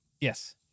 Yes